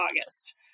August